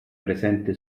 presente